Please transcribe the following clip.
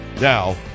Now